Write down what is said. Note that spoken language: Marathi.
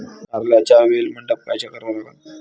कारल्याचा वेल मंडप कायचा करावा लागन?